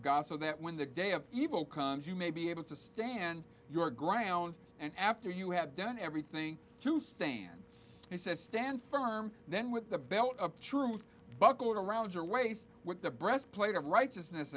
god so that when the day of evil comes you may be able to stand your ground and after you have done everything to stand he says stand firm then with the belt of truth buckled around your waist with the breastplate of righteousness